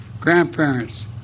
grandparents